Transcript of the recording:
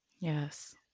Yes